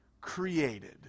created